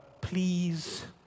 please